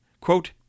Quote